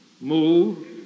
move